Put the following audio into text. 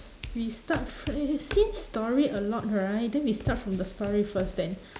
we start fi~ eh eh since story a lot right then we start from the story first then